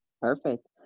Perfect